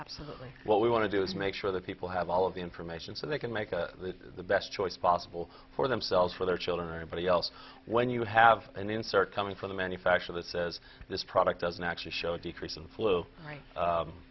absolutely what we want to do is make sure that people have all of the information so they can make a the best choice possible for themselves for their children or anybody else when you have an answer coming from the manufacturer that says this product doesn't actually show a decrease in flu right